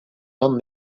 and